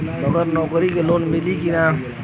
बगर नौकरी क लोन मिली कि ना?